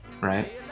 right